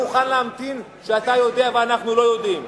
אני לא מוכן להמתין כשאתה יודע ואנחנו לא יודעים.